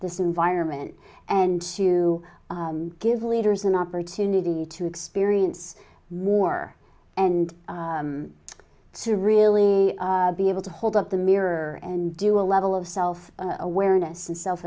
this environment and to give leaders an opportunity to experience more and to really be able to hold up the mirror and do a level of self awareness and self